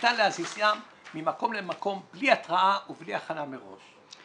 שניתן להזיזם ממקום למקום בלי התראה ובלי הכנה מראש.